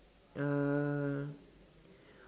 uh